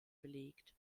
belegt